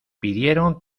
pidieron